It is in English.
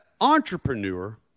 Entrepreneur